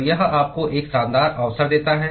तो यह आपको एक शानदार अवसर देता है